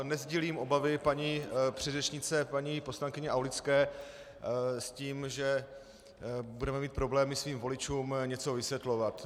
Nesdílím obavy paní předřečnice, paní poslankyně Aulické, s tím, že budeme mít problémy svým voličům něco vysvětlovat.